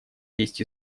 есть